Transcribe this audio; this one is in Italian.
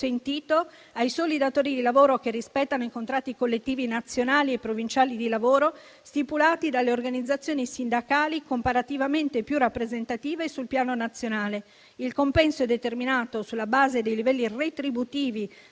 ai soli datori di lavoro che rispettano i contratti collettivi nazionali e provinciali di lavoro, stipulati dalle organizzazioni sindacali comparativamente più rappresentative sul piano nazionale. Il compenso è determinato sulla base dei livelli retributivi